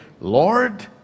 Lord